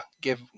give